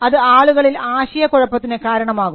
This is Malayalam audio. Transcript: അത് ആളുകളിൽ ആശയക്കുഴപ്പത്തിന് കാരണമാകും